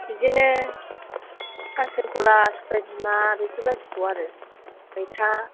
बिदिनो खांख्रिखला सबाय बिमा बेफोर बायदिखौ आरो मैथा